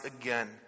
again